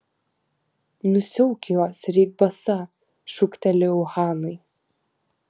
nusiauk juos ir eik basa šūktelėjau hanai